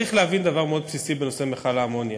צריך להבין דבר מאוד בסיסי בנושא מכל האמוניה: